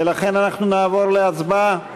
ולכן אנחנו נעבור להצבעה.